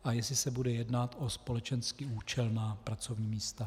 A jestli se bude jednat o společensky účelná pracovní místa?